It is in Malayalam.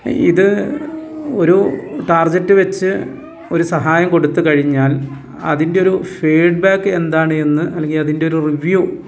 ഇത് ഒരു ടാർഗറ്റ് വെച്ച് ഒരു സഹായം കൊടുത്തു കഴിഞ്ഞാൽ അതിൻ്റെ ഒരു ഫീഡ്ബാക്ക് എന്താണ് എന്ന് അല്ലെങ്കിൽ അതിൻ്റെ ഒരു റിവ്യൂ